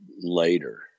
later